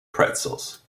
pretzels